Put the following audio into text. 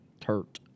turt